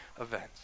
events